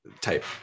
type